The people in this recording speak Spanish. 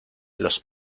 los